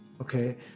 okay